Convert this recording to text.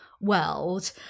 world